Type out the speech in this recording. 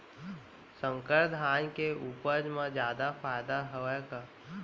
संकर धान के उपज मा जादा फायदा हवय का?